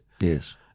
Yes